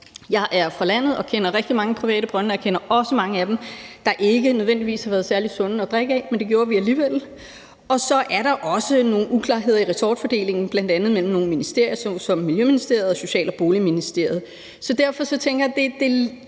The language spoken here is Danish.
Jeg er fra landet og kender rigtig mange private brønde, og jeg kender også mange af dem, der ikke nødvendigvis har været særlig sunde at drikke af, men det gjorde vi alligevel. Og så er der også nogle uklarheder i ressortfordelingen, bl.a. mellem nogle ministerier såsom Miljøministeriet og Social-, Bolig- og Ældreministeriet. Så derfor tænker jeg, at det